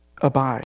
abide